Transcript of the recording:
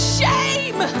shame